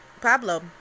Pablo